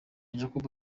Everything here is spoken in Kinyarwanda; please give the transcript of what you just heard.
jacob